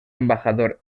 embajador